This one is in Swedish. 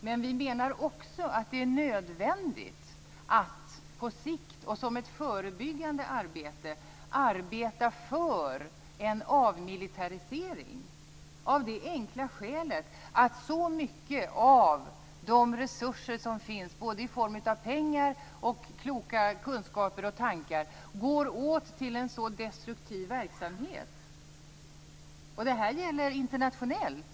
Men vi anser också att det i förebyggande syfte är nödvändigt på sikt att arbeta för en avmilitarisering av det enkla skälet att så mycket av de resurser som finns, både i form av pengar och i form av kloka kunskaper, går åt till en så destruktiv verksamhet. Detta gäller internationellt.